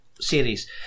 series